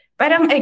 parang